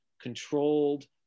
controlled